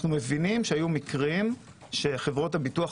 שהיו מקרים שחברות הביטוח,